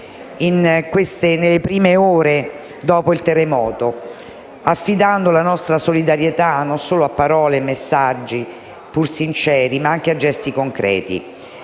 nelle prime ore dopo il terremoto, affidando la nostra solidarietà, non solo a parole e a messaggi, pur sinceri, ma anche a gesti concreti.